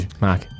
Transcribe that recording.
Mark